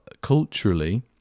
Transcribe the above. culturally